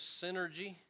synergy